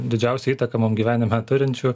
didžiausią įtaką mum gyvenime turinčių